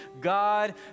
God